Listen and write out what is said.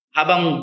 Habang